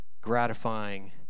gratifying